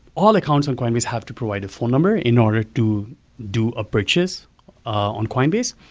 all accounts on coinbase have to provide a phone number in order to do a purchase on coinbase.